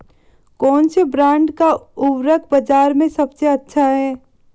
कौनसे ब्रांड का उर्वरक बाज़ार में सबसे अच्छा हैं?